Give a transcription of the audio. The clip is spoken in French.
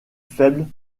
faible